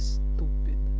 stupid